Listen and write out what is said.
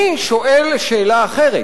אני שואל שאלה אחרת,